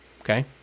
okay